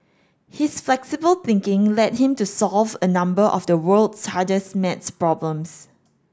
his flexible thinking led him to solve a number of the world's hardest maths problems